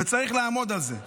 וצריך לעמוד על זה.